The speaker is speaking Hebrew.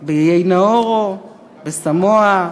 באיי-נאורו, בסמואה,